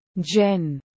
Jen